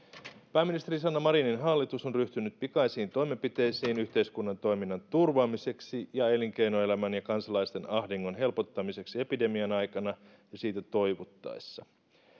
pääministeri sanna marinin hallitus on ryhtynyt pikaisiin toimenpiteisiin yhteiskunnan toiminnan turvaamiseksi ja elinkeinoelämän ja kansalaisten ahdingon helpottamiseksi epidemian aikana ja siitä toivuttaessa